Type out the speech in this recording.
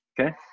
Okay